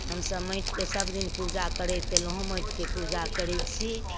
हमसब माटिके सब दिन पूजा करैत एलहूं हँ माटिके पूजा करैत छी